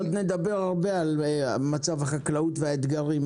עוד נדבר הרבה על מצב החקלאות והאתגרים,